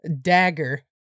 Dagger